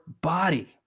body